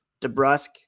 DeBrusque